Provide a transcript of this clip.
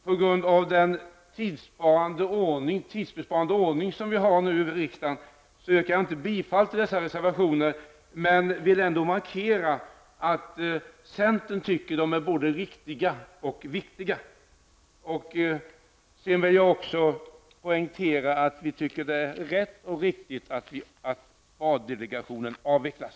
På grund av den tidsbesparande ordning som nu tillämpas i kammaren yrkar jag inte bifall till dessa reservationer, men jag vill ändå markera att vi i centern tycker att de är både riktiga och viktiga. Sedan vill jag också poängtera att vi tycker att det är rätt och riktigt att spardelegationen avvecklas.